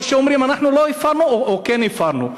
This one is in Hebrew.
או שאומרים: אנחנו לא הפרנו או כן הפרנו.